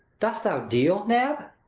dost thou deal, nab?